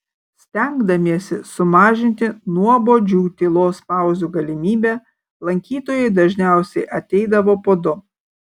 stengdamiesi sumažinti nuobodžių tylos pauzių galimybę lankytojai dažniausiai ateidavo po du